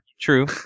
true